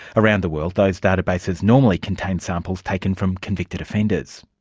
around the world those databases normally contain samples taken from convicted offenders.